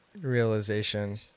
realization